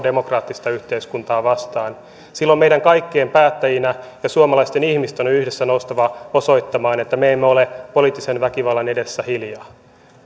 demokraattista yhteiskuntaa vastaan silloin meidän kaikkien päättäjinä ja suomalaisten ihmisten on yhdessä noustava osoittamaan että me emme ole poliittisen väkivallan edessä hiljaa